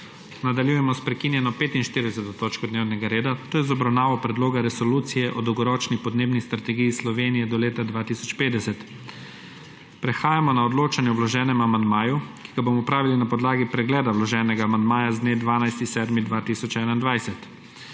Nadaljujemo sprekinjeno 45. točko dnevnega reda, to je z obravnavo Predloga resolucije o Dolgoročni podnebni strategiji Slovenije do leta 2050. Prehajamo na odločanje o vloženem amandmaju, ki ga bomo opravili na podlagi pregleda vloženega amandmaja z dne 12. 7. 2021.